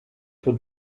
for